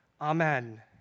Amen